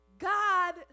God